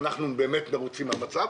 כל האנשים שנמצאים פה מקדישים זמן,